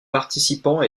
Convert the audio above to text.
participant